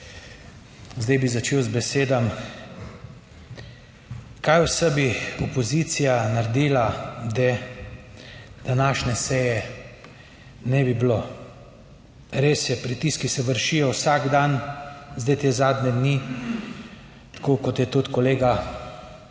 Zdaj bi začel z besedami, kaj vse bi opozicija naredila, da današnje seje ne bi bilo. Res je, pritiski se vršijo vsak dan, zdaj te zadnje dni, tako kot je tudi kolega